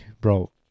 Bro